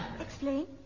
Explain